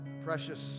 precious